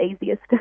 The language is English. easiest